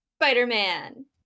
spider-man